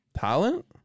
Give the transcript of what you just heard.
Talent